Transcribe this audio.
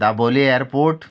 Dabolim airport